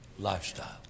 Lifestyle